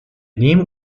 nehmen